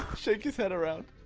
shake his head around